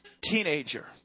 teenager